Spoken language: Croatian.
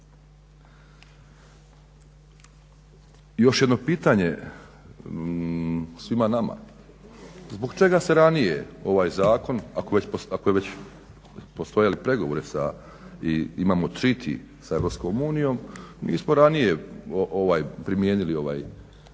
Još jedno pitanje svima nama. Zbog čega se ranije ovaj zakon, ako su već postojali pregovori i imamo … sa Europskom unijom nismo ranije primijenili ove akte